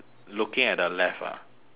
looking at the left ah